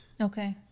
Okay